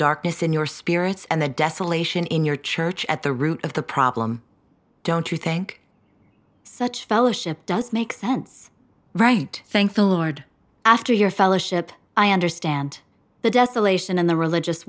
darkness in your spirits and the desolation in your church at the root of the problem don't you think such fellowship does make sense right thank the lord after your fellowship i understand the desolation in the religious